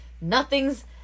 Nothing's